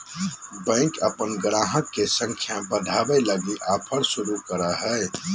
bank अपन गाहक के संख्या बढ़ावे लगी ऑफर शुरू करो हय